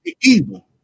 evil